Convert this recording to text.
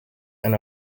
and